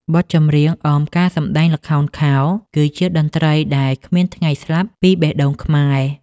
បទចម្រៀងអមការសម្ដែងល្ខោនខោល គឺជាតន្ត្រីដែលគ្មានថ្ងៃស្លាប់ពីបេះដូងខ្មែរ។